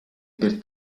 per